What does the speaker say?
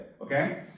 Okay